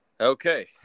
Okay